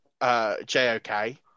jok